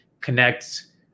connects